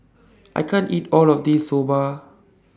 I can't eat All of This Soba